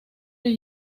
les